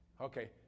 Okay